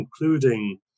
including